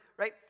Right